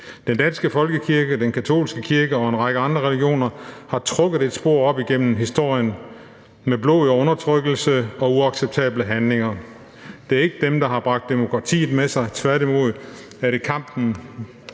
Den danske folkekirke, den katolske kirke og en række andre religioner har trukket et spor op igennem historien af blod, undertrykkelse og uacceptable handlinger. Det er ikke dem, der har bragt demokratiet med sig. Tværtimod er det kampen